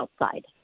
outside